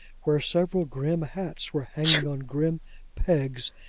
where several grim hats were hanging on grim pegs,